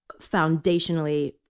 foundationally